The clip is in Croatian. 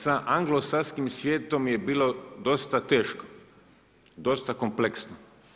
Sa anglosaskim svijetom je bilo dosta teško, dosta kompleksno.